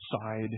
side